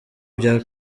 bya